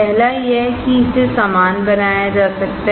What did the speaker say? पहला यह है कि इसे समान बनाया जा सकता है